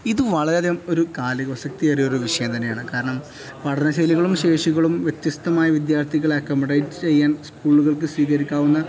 ഇത് വളരെ ഒരു കാലിക പ്രസക്തിയേറിയ ഒരു വിഷയം തന്നെയാണ് കാരണം പഠനശൈലികളും ശേഷികളും വ്യത്യസ്തമായ വിദ്യാർത്ഥികളെ അക്കോമഡേറ്റ് ചെയ്യാൻ സ്കൂളുകൾക്ക് സ്വീകരിക്കാവുന്ന